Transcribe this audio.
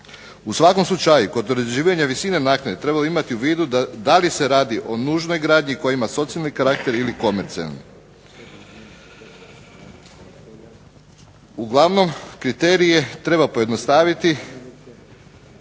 U svakom slučaju kod određivanja visine naknade trebalo bi imati u vidu da li se radi o nužnoj gradnji koja ima socijalni karakter ili komercijalnoj. Uglavnom kriterije treba pojednostaviti,